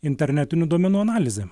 internetinių duomenų analizė